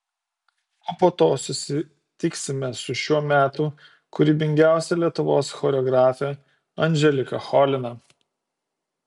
o po to susitiksime su šiuo metu kūrybingiausia lietuvos choreografe andželika cholina